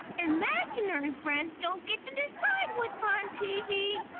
imaginary friends don't get to decide what's on tv.